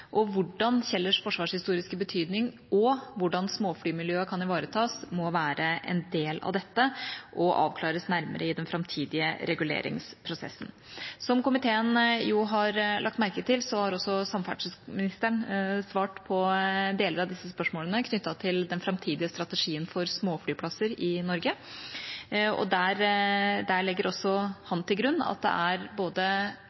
både hvordan Kjellers forsvarshistoriske betydning og hvordan småflymiljøet kan ivaretas, må være en del av dette og avklares nærmere i den framtidige reguleringsprosessen. Som komiteen har lagt merke til, har også samferdselsministeren svart på deler av disse spørsmålene knyttet til den framtidige strategien for småflyplasser i Norge. Der legger også